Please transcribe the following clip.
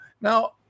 Now